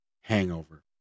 hangover